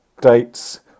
dates